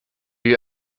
you